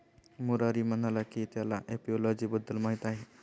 मुरारी म्हणाला की त्याला एपिओलॉजी बद्दल माहीत आहे